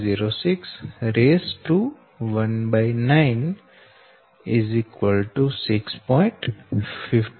250619 6